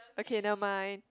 okay never mind